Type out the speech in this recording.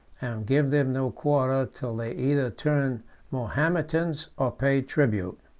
give them no quarter till they either turn mahometans or pay tribute.